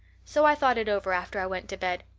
so i thought it over after i went to bed.